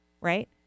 right